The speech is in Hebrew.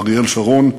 אריאל שרון,